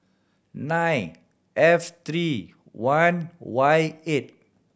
nine F three one Y eight